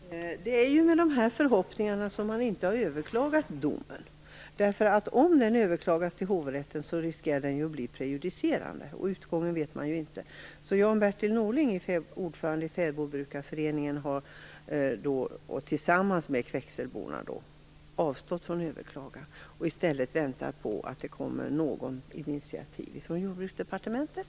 Herr talman! Det är med dessa förhoppningar som domen inte har överklagats. Om den överklagas till hovrätten riskerar den nämligen att bli prejudicerande, och utgången är okänd. Bertil Norling, ordförande i fäbodbrukarföreningen, har tillsammans med Kväkselborna avstått från att överklaga domen. I stället väntar man på något slags initiativ från Jordbruksdepartementet.